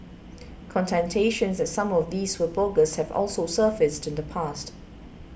that some of these were bogus have also surfaced in the past